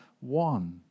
one